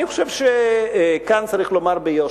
אני חושב שכאן צריך לומר ביושר: